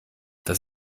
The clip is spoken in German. das